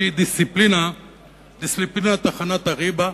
שהיא דיסציפלינת הכנת הריבה,